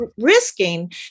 risking